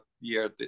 year